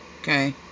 okay